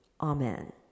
Amen